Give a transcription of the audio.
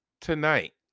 tonight